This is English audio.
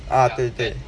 ah 对对